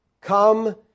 Come